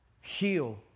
heal